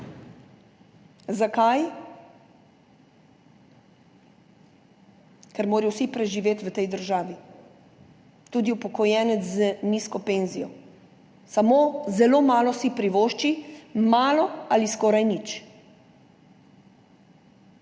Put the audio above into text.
Zakaj? Ker morajo vsi preživeti v tej državi, tudi upokojenec z nizko penzijo, samo zelo malo si privošči, malo ali skoraj nič.